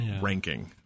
Ranking